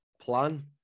plan